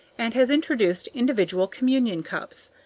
and has introduced individual communion cups.